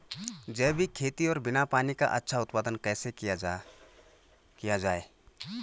जैविक खेती और बिना पानी का अच्छा उत्पादन कैसे किया जाए?